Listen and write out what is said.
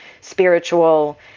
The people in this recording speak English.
spiritual